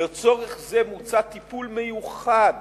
לצורך זה מוצע טיפול מיוחד